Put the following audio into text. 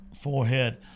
forehead